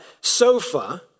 sofa